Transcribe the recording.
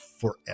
forever